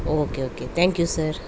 okay okay thank you sir